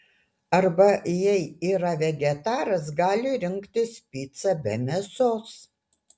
arba jei yra vegetaras gali rinktis picą be mėsos